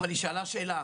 אבל היא שאלה שאלה.